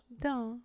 Duh